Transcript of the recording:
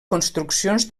construccions